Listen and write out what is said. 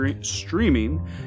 streaming